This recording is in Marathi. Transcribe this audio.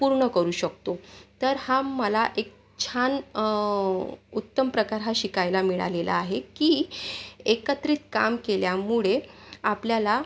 पूर्ण करू शकतो तर हा मला एक छान उत्तम प्रकार हा शिकायला मिळालेला आहे की एकत्रित काम केल्यामुळे आपल्याला